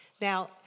Now